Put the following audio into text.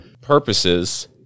purposes